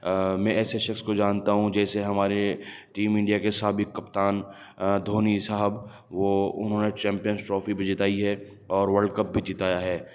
میں ایسے شخص کو جانتا ہوں جیسے ہمارے ٹیم انڈیا کے سابق کپتان دھونی صاحب وہ انہوں نے چیمپئنس ٹرافی بھی جتائی ہے اور ولڈ کپ بھی جتایا ہے